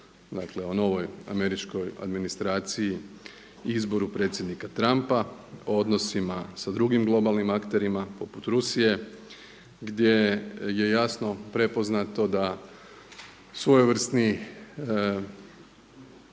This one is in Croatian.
dakle o novoj američkoj administraciji, izboru predsjednika Trumpa, o odnosima sa drugim globalnim akterima poput Rusije gdje je jasno prepoznato da svojevrsni